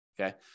Okay